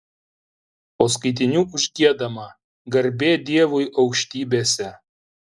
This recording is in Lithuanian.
po skaitinių užgiedama garbė dievui aukštybėse